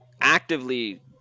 actively